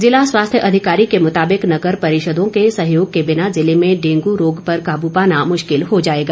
जिला स्वास्थ्य अधिकारी के मुताबिक नगर परिषदों के सहयोग के बिना जिले में डेंगू रोग पर काबू पाना मुश्किल हो जाएगा